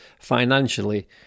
financially